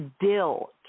dill